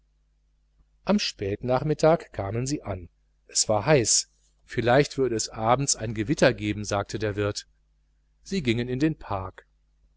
am spätnachmittag kamen sie an es war heiß vielleicht würde es abends ein gewitter geben sagte der wirt sie gingen in den park